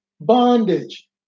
Bondage